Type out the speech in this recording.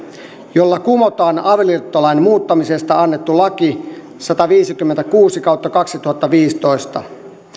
jolla kumotaan avioliittolain muuttamisesta annettu laki sataviisikymmentäkuusi kautta kaksituhattaviisitoista